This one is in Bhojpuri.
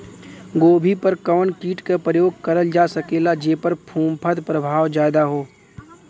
गोभी पर कवन कीट क प्रयोग करल जा सकेला जेपर फूंफद प्रभाव ज्यादा हो?